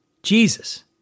Jesus